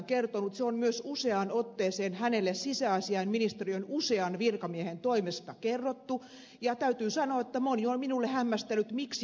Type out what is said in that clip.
se on myös useaan otteeseen hänelle sisäasiainministeriön usean virkamiehen toimesta kerrottu ja täytyy sanoa että moni on minulle hämmästellyt miksi ed